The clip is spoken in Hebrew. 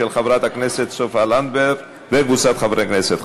של חברת הכנסת סופה לנדבר וקבוצת חברי הכנסת.